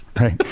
Right